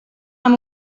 amb